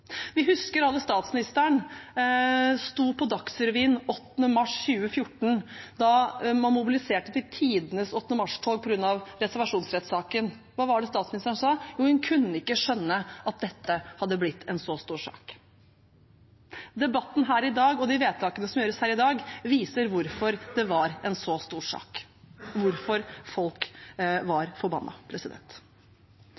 Vi husker alle sammen statsministeren på Dagsrevyen den 8. mars 2014, da man mobiliserte tidenes 8. mars-tog på grunn av reservasjonsrettssaken. Hva sa statsministeren? Jo, hun kunne ikke skjønne at dette hadde blitt en så stor sak. Debatten her i dag og de vedtakene som skal gjøres her i dag, viser hvorfor det var en så stor sak, hvorfor folk